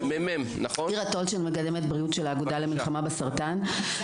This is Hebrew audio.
אירה טולצ'ין מקדמת בריאות של האגודה למלחמה בסרטן.